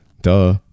Duh